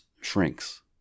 shrinks